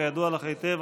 כידוע לך היטב,